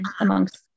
amongst